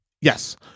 Yes